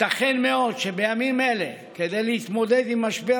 ייתכן מאוד שבימים אלה כדי להתמודד עם משבר